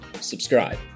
subscribe